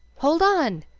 hold on!